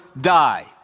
die